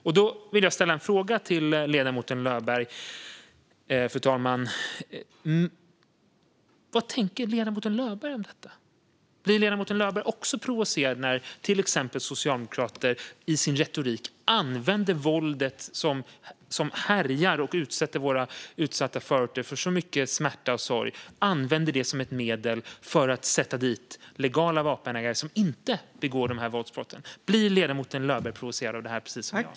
Jag vill därför ställa en fråga till ledamoten Löberg, fru talman. Vad tänker ledamoten Löberg om detta? Blir ledamoten Löberg också provocerad när till exempel socialdemokrater i sin retorik använder våldet, som härjar och orsakar våra utsatta förorter så mycket smärta och sorg, som ett medel för att sätta dit legala vapenägare som inte begår dessa våldsbrott? Blir ledamoten Löberg provocerad av detta, precis som jag?